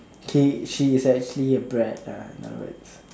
K she's actually a brat lah in other words